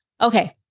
Okay